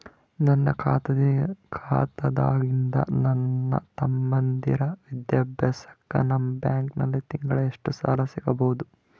ನನ್ನ ಖಾತಾದಾಗಿಂದ ನನ್ನ ತಮ್ಮಂದಿರ ವಿದ್ಯಾಭ್ಯಾಸಕ್ಕ ನಿಮ್ಮ ಬ್ಯಾಂಕಲ್ಲಿ ತಿಂಗಳ ಎಷ್ಟು ಸಾಲ ಸಿಗಬಹುದು?